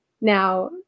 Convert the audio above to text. Now